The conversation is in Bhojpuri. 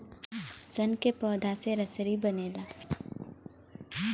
सन के पौधा से रसरी बनला